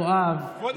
יואב,